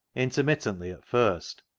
intermittently at first,